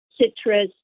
citrus